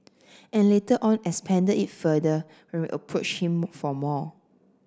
and later on expanded it further when we approached him for more